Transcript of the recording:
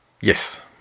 Yes